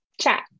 chat